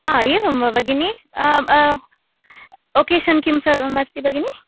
एवं वा भगिनी ओकेषन् किं सर्वम् अस्ति भगिनी